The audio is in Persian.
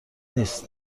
نیست